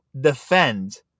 defend